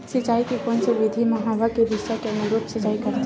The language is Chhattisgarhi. सिंचाई के कोन से विधि म हवा के दिशा के अनुरूप सिंचाई करथे?